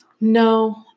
No